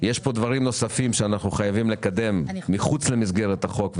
יש פה דברים נוספים שאנחנו חייבים לקדם מחוץ למסגרת החוק,